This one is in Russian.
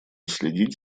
следить